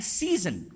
season